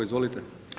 Izvolite.